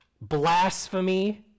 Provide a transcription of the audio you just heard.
Blasphemy